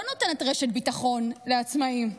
לא נותנת רשת ביטחון לעצמאים,